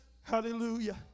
Hallelujah